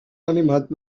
animats